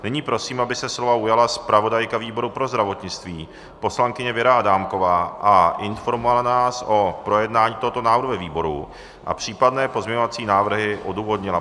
Nyní prosím, aby se slova ujala zpravodajka výboru pro zdravotnictví poslankyně Věra Adámková a informovala nás o projednání tohoto návrhu ve výboru a případné pozměňovací návrhy odůvodnila.